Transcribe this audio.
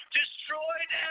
destroyed